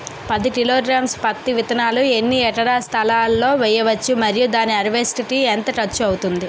పది కిలోగ్రామ్స్ పత్తి విత్తనాలను ఎన్ని ఎకరాల స్థలం లొ వేయవచ్చు? మరియు దాని హార్వెస్ట్ కి ఎంత ఖర్చు అవుతుంది?